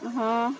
हां